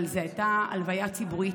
אבל זו הייתה הלוויה ציבורית,